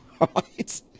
Right